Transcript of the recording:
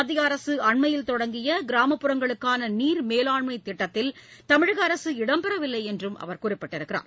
மத்திய அரசு அண்மையில் தொடங்கிய கிராமப்புறங்களுக்கான நீர் மேலாண்மைத் திட்டத்தில் தமிழக அரசு இடம்பெறவில்லை என்றும் அவர் குறிப்பிட்டுள்ளார்